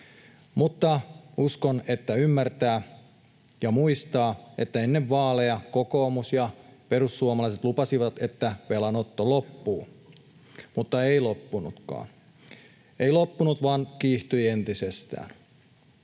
mutta uskon, että ymmärtävät ja muistavat, että ennen vaaleja kokoomus ja perussuomalaiset lupasivat, että velanotto loppuu — mutta ei loppunutkaan. Ei loppunut vaan kiihtyi entisestään.